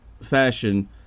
fashion